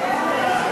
להצביע.